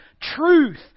truth